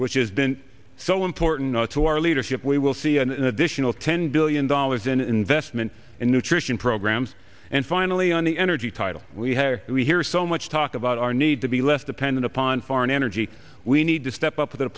which is so important to our leadership we will see an additional ten billion dollars in investment in nutrition programs and finally on the energy title we have we hear so much talk about our need to be less dependent upon foreign energy we need to step up to the